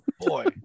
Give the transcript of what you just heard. boy